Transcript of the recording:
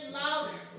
louder